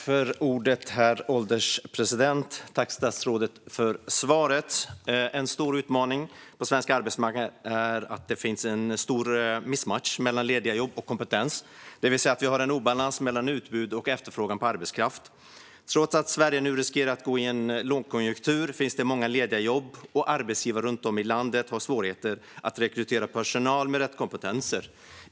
Herr ålderspresident! Tack för svaret, statsrådet! En stor utmaning på svensk arbetsmarknad är att det finns en stor missmatchning mellan lediga jobb och kompetens, det vill säga att vi har en obalans mellan utbud och efterfrågan på arbetskraft. Trots att Sverige nu riskerar att gå in i en lågkonjunktur finns det många lediga jobb, och arbetsgivare runt om i landet har svårigheter att rekrytera personal med rätt kompetenser.